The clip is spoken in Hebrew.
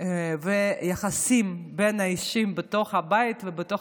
ואת היחסים בין האישים בתוך הבית ובתוך